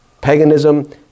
paganism